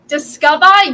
Discover